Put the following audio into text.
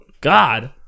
God